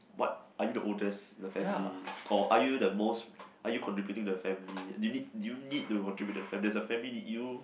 what are you the oldest in the family or are you the most are you contributing to the family did did do you need to contribute to the family does your family need you